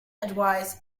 advice